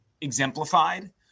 exemplified